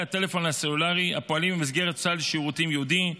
הטלפון הסלולרי הפועלים במסגרת סל שירותים ייעודי.